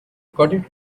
according